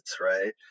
right